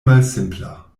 malsimpla